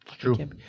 true